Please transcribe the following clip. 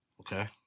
Okay